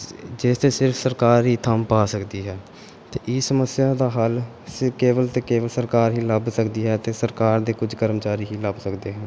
ਜਿਸ 'ਤੇ ਸਿਰਫ ਸਰਕਾਰ ਹੀ ਥੰਮ ਪਾ ਸਕਦੀ ਹੈ ਅਤੇ ਇਹ ਸਮੱਸਿਆ ਦਾ ਹੱਲ ਸਿਰਫ ਕੇਵਲ ਅਤੇ ਕੇਵਲ ਸਰਕਾਰ ਹੀ ਲੱਭ ਸਕਦੀ ਹੈ ਅਤੇ ਸਰਕਾਰ ਦੇ ਕੁੱਝ ਕਰਮਚਾਰੀ ਹੀ ਲੱਭ ਸਕਦੇ ਹਨ